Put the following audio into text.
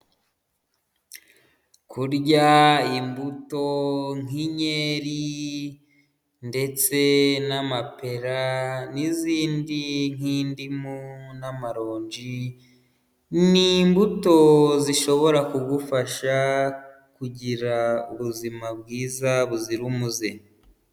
Kurya imbuto nk'inkeri ndetse n'amapera n'izindi nk'indimu, n'amaronji ni imbuto zishobora kugufasha kugira ubuzima bwiza buzira umuze.